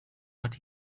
what